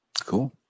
cool